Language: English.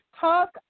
talk